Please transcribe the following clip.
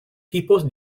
tipos